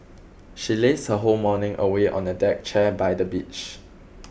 she lazed her whole morning away on a deck chair by the beach